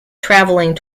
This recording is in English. traveling